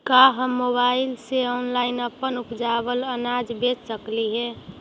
का हम मोबाईल से ऑनलाइन अपन उपजावल अनाज बेच सकली हे?